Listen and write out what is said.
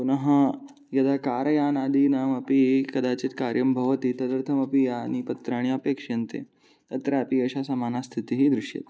पुनः यदा कार्यानादीनामपि कदाचित् कार्यं भवति तदर्थमपि यानि पत्राणि अपेक्ष्यन्ते तत्रापि एषा समाना स्थितिः दृश्यते